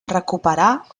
recuperà